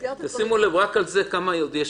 אפשר בהקשר של הנהלים להוסיף רכיב נוסף.